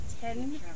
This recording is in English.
ten